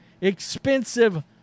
expensive